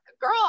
girl